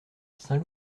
saint